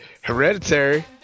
Hereditary